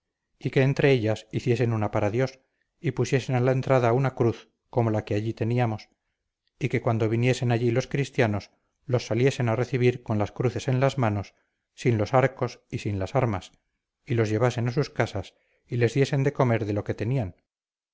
y que entre ellas hiciesen una para dios y pusiesen a la entrada una cruz como la que allí teníamos y que cuando viniesen allí los cristianos los saliesen a recibir con las cruces en las manos sin los arcos y sin las armas y los llevasen a sus casas y les diesen de comer de lo que tenían